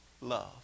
love